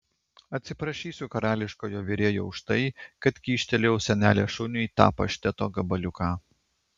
atsiprašysiu karališkojo virėjo už tai kad kyštelėjau senelės šuniui tą pašteto gabaliuką